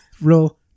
real